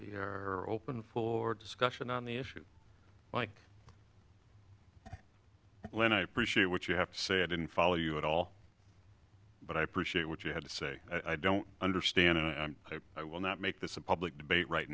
there are open for discussion on the issue like when i appreciate what you have to say i didn't follow you at all but i appreciate what you had to say i don't understand and i will not make this a public debate right